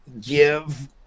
give